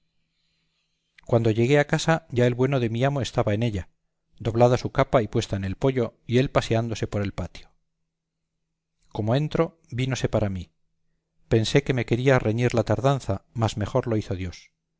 cuando llegué a casa ya el bueno de mi amo estaba en ella doblada su capa y puesta en el poyo y él paseándose por el patio como entro vínose para mí pensé que me quería reñir la tardanza mas mejor lo hizo dios